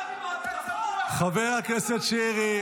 חבר הכנסת שירי.